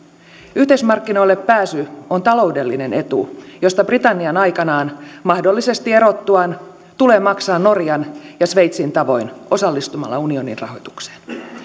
yhteismarkkinoille pääsy on taloudellinen etu josta britannian aikanaan mahdollisesti erottuaan tulee maksaa norjan ja sveitsin tavoin osallistumalla unionin rahoitukseen